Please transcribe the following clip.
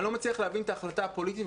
אני לא מצליח להבין את ההחלטה הפוליטית,